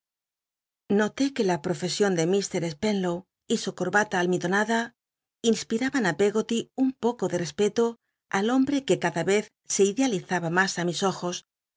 noté que la pr ofesion de ifr spenlow y su corbata almidonada inspiraban á peggo y un poco de respeto al hombre que cada yez se idea lizaba mas á mis ojos